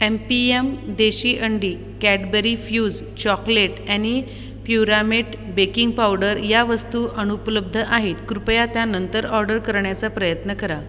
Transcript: M पी यम देशी अंडी कॅडबरी फ्यूज चॉकलेट आणि प्युरामेट बेकिंग पावडर या वस्तू अनुपलब्ध आहे कृपया त्या नंतर ऑर्डर करण्याचा प्रयत्न करा